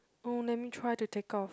oh let me try to take off